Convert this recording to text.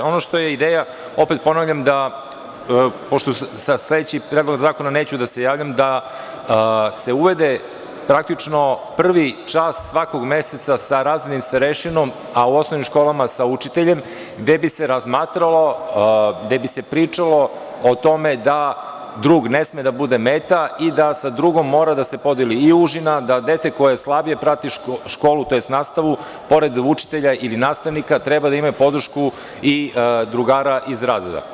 Ono što je ideja, opet ponavljam, pošto po sledećem predlogu zakona neću da se javljam, je da se uvede, praktično, prvi čas svakog meseca sa razrednim starešinom, a u osnovnim školama sa učiteljem, gde bi se razmatralo, gde bi se pričalo o tome da drug ne sme da bude meta i da sa drugom mora da se podeli i užina, da dete koje slabije prati nastavu, pored učitelja ili nastavnika, treba da ima podršku i drugara iz razreda.